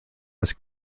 was